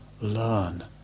learn